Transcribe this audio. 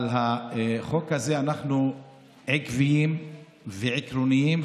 אבל בחוק הזה אנחנו עקביים ועקרוניים,